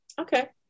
Okay